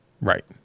right